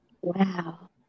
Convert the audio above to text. Wow